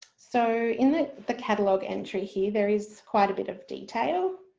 so in the the catalogue entry here there is quite a bit of detail.